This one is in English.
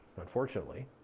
unfortunately